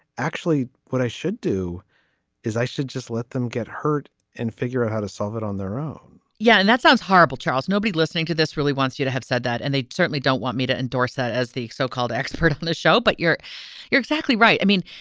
actually what i should do is i should just let them get hurt and figure out how to solve it on their own yeah, and that sounds horrible, charles. nobody listening to this really wants you to have said that. and they certainly don't want me to endorse that as the so-called expert on the show. but you're you're exactly right. i mean,